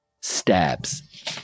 stabs